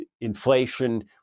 inflation